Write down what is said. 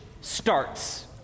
starts